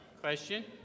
Question